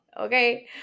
Okay